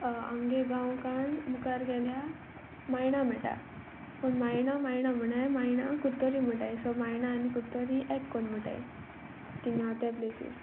आमचो गांव काडून मुखार गेल्या मायणां मेळटा पूण मायणां मायणां म्हणनात मायणां कुर्तोरी म्हणटात सो मायणां आनी कुर्तोरी एक करून म्हणटाच थंय त्या प्लेसीर